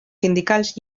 sindicals